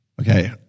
Okay